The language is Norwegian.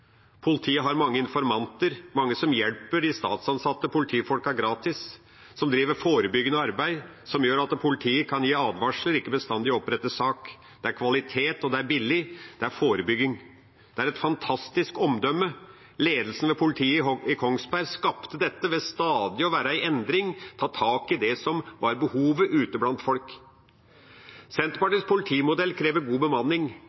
Politiet har mange informanter, mange som hjelper de statsansatte politifolkene gratis, og som driver forebyggende arbeid som gjør at politiet kan gi advarsler, ikke bestandig opprette sak. Det er kvalitet, og det er billig. Det er forebygging. De har et fantastisk omdømme. Ledelsen ved politiet i Kongsberg skapte dette ved stadig å være i endring og ta tak i det som var behovet ute blant folk. Senterpartiets politimodell krever god bemanning,